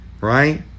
right